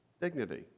dignity